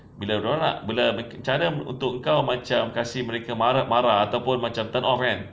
bila dia orang nak bila cara untuk kau macam kasih mereka marah ataupun macam turn off kan